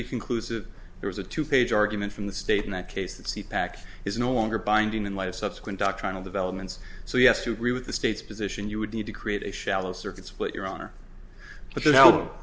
conclusive there was a two page argument from the state in that case that seat back is no longer binding in light of subsequent doctrinal developments so yes you agree with the state's position you would need to create a shallow circuit split your honor but you know